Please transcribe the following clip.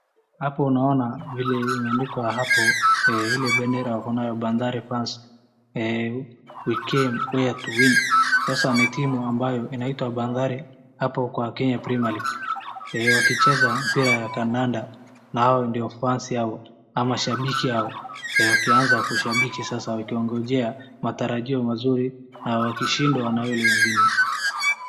Hapo unaona vile imeandikwa hapo ile bendera wako nayo bandari fans, we came here to win sasa ni timu ambayo inaitwa bandari hapo kwa Kenya premier league wakicheza mpira ya kandanda na hao ndio fans yao, ama shabiki yao ,yakianza kushabiki wakiongojea amtokeo mazuri na wakishindwa ana wale wengine.